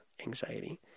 anxiety